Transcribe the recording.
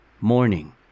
Morning